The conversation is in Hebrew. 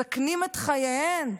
מסכנים את חייהם,